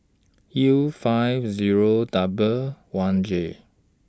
U five Zero one J